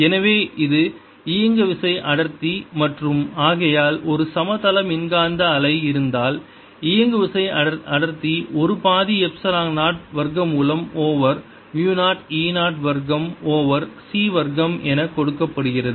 எனவே இது இயங்குவிசை அடர்த்தி மற்றும் ஆகையால் ஒரு சமதள மின்காந்த அலை இருந்தால் இயங்குவிசை அடர்த்தி ஒரு பாதி எப்சிலான் 0 வர்க்கமூலம் ஓவர் மு 0 e 0 வர்க்கம் ஓவர் c வர்க்கம் என கொடுக்கப்படுகிறது